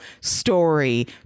story